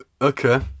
Okay